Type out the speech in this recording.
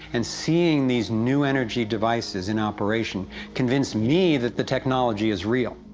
and seeing these new energy devices in operation convinced me that the technology is real.